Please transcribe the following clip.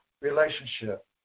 relationship